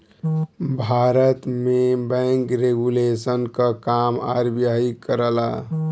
भारत में bank regulation क काम आर.बी.आई करला